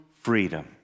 freedom